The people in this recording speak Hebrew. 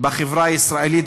בחברה הישראלית,